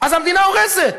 אז המדינה הורסת,